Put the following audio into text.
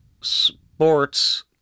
sports